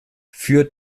für